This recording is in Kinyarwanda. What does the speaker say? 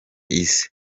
isi